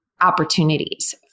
opportunities